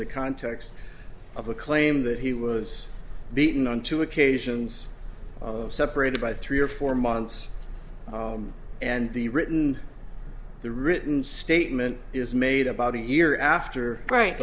the context of a claim that he was beaten on two occasions separated by three or four months and the written the written statement is made about a year after right